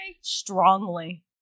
Strongly